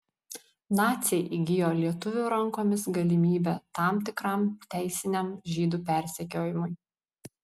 naciai įgijo lietuvių rankomis galimybę tam tikram teisiniam žydų persekiojimui